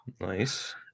Nice